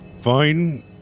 fine